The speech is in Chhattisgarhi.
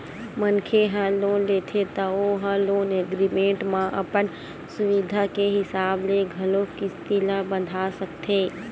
मनखे ह लोन लेथे त ओ ह लोन एग्रीमेंट म अपन सुबिधा के हिसाब ले घलोक किस्ती ल बंधा सकथे